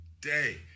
day